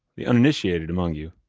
the uninitiated among you.